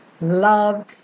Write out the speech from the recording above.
love